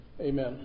Amen